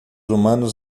humanos